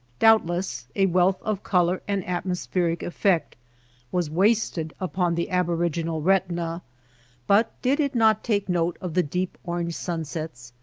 doubtless, a wealth of color and atmospheric effect was wasted upon the aboriginal retina but did it not take note of the deep orange sunsets,